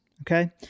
okay